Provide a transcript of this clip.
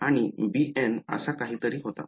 आणि bn असा काहीतरी होता